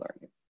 learning